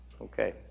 okay